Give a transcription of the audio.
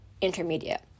intermediate